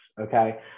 Okay